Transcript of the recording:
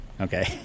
Okay